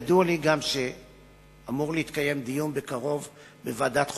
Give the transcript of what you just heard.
גם ידוע לי שאמור להתקיים בקרוב דיון בוועדת החוקה,